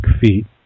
feet